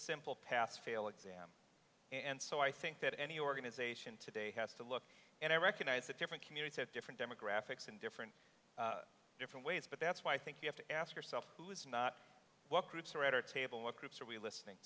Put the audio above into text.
simple pass fail exam and so i think that any organization today has to look and i recognize that different communities have different demographics and different different ways but that's why i think you have to ask yourself who is not what groups are at our table what groups are we